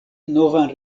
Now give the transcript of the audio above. novan